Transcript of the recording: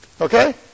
Okay